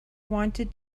wanted